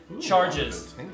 charges